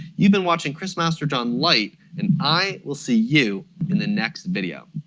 you've been watching chris masterjohn lite and i will see you in the next video.